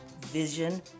Vision